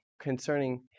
concerning